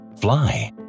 Fly